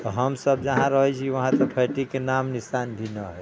तऽ हमसब जहाँ रहै छी उहाँ तऽ फैक्ट्रिकके नाम निशान भी न हय